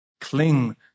Cling